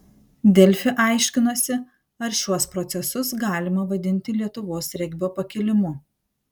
delfi aiškinosi ar šiuos procesus galima vadinti lietuvos regbio pakilimu